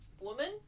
woman